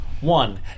One